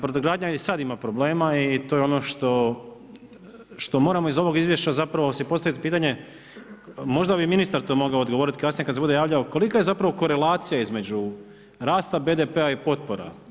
Brodogradnja i sad ima problema i to je ono što moramo iz ovog izvješća zapravo si postaviti pitanje, možda bi ministar to mogao odgovoriti kasnije kad se bude javljao, kolika je zapravo korelacija između rasta BDP-a i potpora?